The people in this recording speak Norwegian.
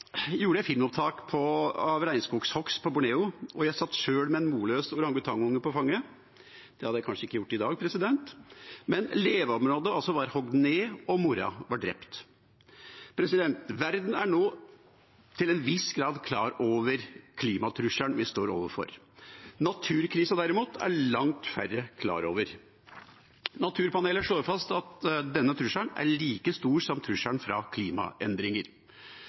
gjorde jeg filmopptak av regnskoghogst på Borneo, hvor jeg sjøl satt med en morløs orangutangunge på fanget. Det hadde jeg kanskje ikke gjort i dag, men leveområdet var hogd ned, og moren var drept. Verden er nå til en viss grad klar over klimatrusselen vi står overfor. Naturkrisen, derimot, er langt færre klar over. Naturpanelet slår fast at denne trusselen er like stor som trusselen fra klimaendringer.